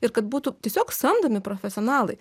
ir kad būtų tiesiog samdomi profesionalai